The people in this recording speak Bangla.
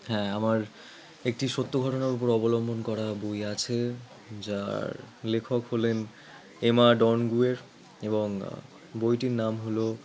হ্যাঁ আমার একটি সত্য ঘটনার উপর অবলম্বন করা বই আছে যার লেখক হলেন এমা ডনগুয়ের এবং বইটির নাম হলো